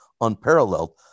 unparalleled